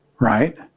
right